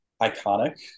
iconic